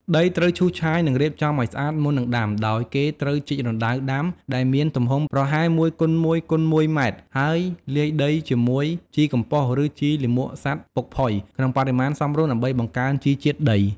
ដីត្រូវឈូសឆាយ និងរៀបចំឱ្យស្អាតមុននឹងដាំ ដោយគេត្រូវជីករណ្តៅដាំ ដែលមានទំហំប្រហែល ១ x ១ x ១ ម៉ែត្រ ហើយលាយដីជាមួយ ជីកំប៉ុស្ត ឬជីលាមកសត្វពុកផុយ ក្នុងបរិមាណសមរម្យដើម្បីបង្កើនជីជាតិដី។